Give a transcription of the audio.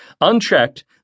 Unchecked